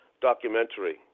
documentary